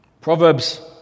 Proverbs